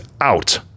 out